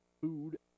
Food